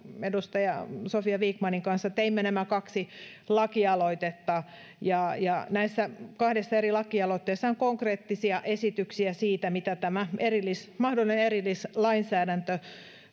edustaja sofia vikmanin kanssa teimme nämä kaksi lakialoitetta näissä kahdessa eri lakialoitteessa on konkreettisia esityksiä siitä mitä tämä mahdollinen erillislainsäädäntö